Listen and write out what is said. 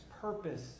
purpose